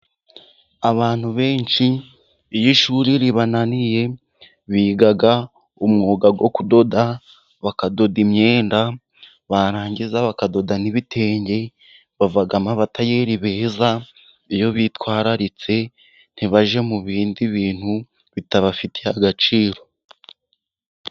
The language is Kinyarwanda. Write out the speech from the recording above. Abantu benshi iyo ishuri ribananiye, biga umwuga wo kudoda, bakadoda imyenda barangiza bakadoda ni ibitenge, bavamo abatayeri beza iyo bitwararitse, ntibajya mu bindi bintu bitabafiteye agaciro.